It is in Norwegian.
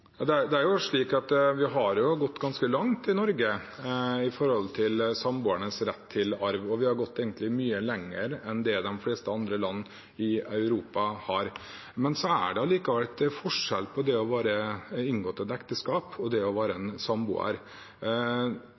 Vi har gått ganske langt i Norge når det gjelder samboeres rett til arv, og egentlig mye lenger enn de fleste andre land i Europa. Men det er likevel en forskjell på det å ha inngått et ekteskap og det å være samboer. Det å være samboer